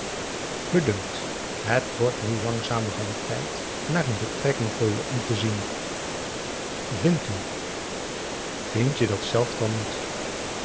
dunkt het wordt nu langzamerhand tijd naar een betrekking voor je om te zien vindt u vindt je dat zelf dan niet